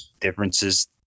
differences